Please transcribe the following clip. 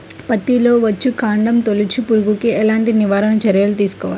పత్తిలో వచ్చుకాండం తొలుచు పురుగుకి ఎలాంటి నివారణ చర్యలు తీసుకోవాలి?